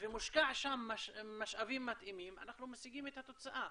ומושקעים שם משאבים מתאימים אנחנו משיגים את התוצאה.